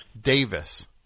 Davis